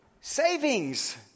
savings